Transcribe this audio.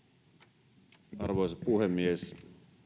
arvoisa puhemies